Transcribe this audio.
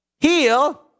heal